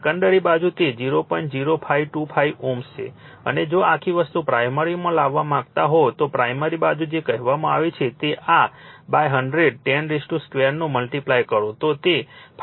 0525 Ω છે અને જો આખી વસ્તુને પ્રાઇમરીમાં લાવવા માંગતા હોય તો પ્રાઇમરી બાજુ જે કહેવામાં આવે છે તે આ 100 10 2 નો મલ્ટીપ્લાય કરો તો તે 5